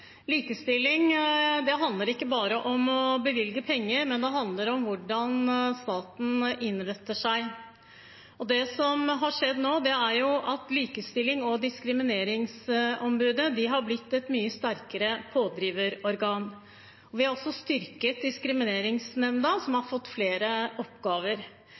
Likestilling handler ikke bare om å bevilge penger, det handler også om hvordan staten innretter seg. Det som har skjedd nå, er at Likestillings- og diskrimineringsombudet har blitt et mye sterkere pådriverorgan. Vi har også styrket Diskrimineringsnemnda, som har fått flere oppgaver.